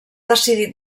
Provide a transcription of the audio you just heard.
decidit